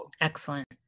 excellent